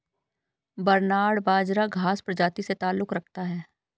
barnyard बाजरा घांस प्रजाति से ताल्लुक रखता है